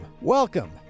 Welcome